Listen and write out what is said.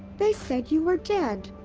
they said you were dead!